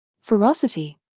ferocity